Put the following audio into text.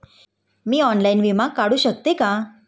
मी online विमा काढू शकते का?